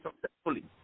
successfully